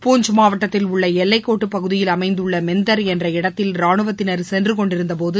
பூஞ்ச் மாவட்டத்தில் உள்ளஎல்லைக்ககோட்டுபகுதியில் அமைந்துள்ளமெந்தர் என்ற இடத்தில் ராணுவத்தினர் சென்றுகொண்டிருந்தபோது